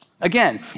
Again